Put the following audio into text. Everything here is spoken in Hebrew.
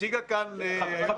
לא הבנתי, יואב.